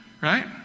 Right